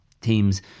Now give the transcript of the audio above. teams